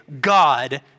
God